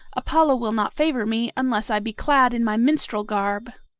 apollo will not favor me unless i be clad in my minstrel garb.